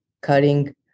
cutting